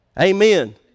Amen